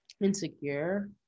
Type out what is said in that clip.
insecure